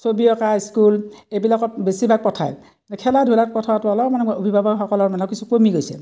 ছবি অঁকা স্কুল এইবিলাকত বেছিভাগ পঠাই খেলা ধূলাত পঠোৱাটো অলপ মানে অভিভাৱকসকলৰ মানে কিছু কমি গৈছিল